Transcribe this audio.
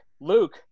Luke